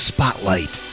Spotlight